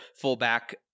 fullback